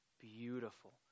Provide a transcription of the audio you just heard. beautiful